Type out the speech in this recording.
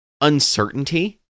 uncertainty